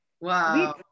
Wow